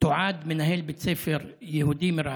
חבר הכנסת אחמד טיבי, בבקשה.